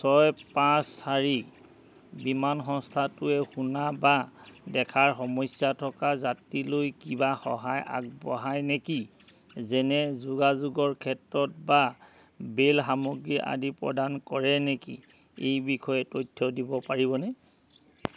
ছয় পাঁচ চাৰি বিমান সংস্থাটোৱে শুনা বা দেখাৰ সমস্যা থকা যাত্ৰীলৈ কিবা সহায় আগবঢ়ায় নেকি যেনে যোগাযোগৰ ক্ষেত্ৰত বা ব্ৰেইল সামগ্ৰী আদি প্ৰদান কৰে নেকি সেই বিষয়ে তথ্য দিব পাৰিবনে